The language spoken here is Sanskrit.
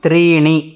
त्रीणि